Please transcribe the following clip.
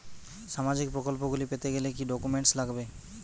সামাজিক প্রকল্পগুলি পেতে গেলে কি কি ডকুমেন্টস লাগবে?